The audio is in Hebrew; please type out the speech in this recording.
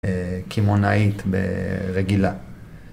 קמעונאית ברגילה